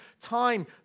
time